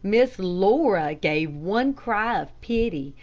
miss laura gave one cry of pity,